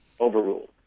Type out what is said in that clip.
overruled